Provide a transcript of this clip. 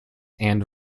and